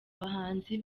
abahanzi